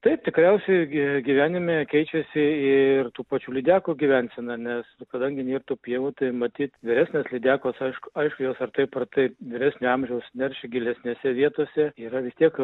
taip tikriausiai gi gyvenime keičiasi ir tų pačių lydekų gyvensena nes kadangi nėr tų pievų tai matyt vyresnės lydekos aišku aišku jos ar taip ar taip vyresnio amžiaus neršia gilesnėse vietose yra vis tiek